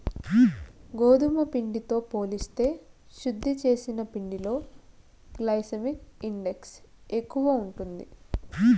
గోధుమ పిండితో పోలిస్తే శుద్ది చేసిన పిండిలో గ్లైసెమిక్ ఇండెక్స్ ఎక్కువ ఉంటాది